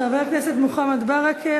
חבר הכנסת מוחמד ברכה?